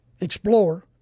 Explorer